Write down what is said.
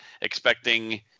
expecting